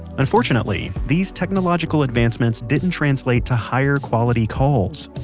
unfortunately, these technological advancements didn't translate to higher quality calls.